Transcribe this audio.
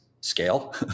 scale